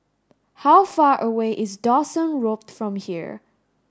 how far away is Dawson Road from here